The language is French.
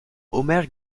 omer